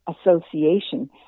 Association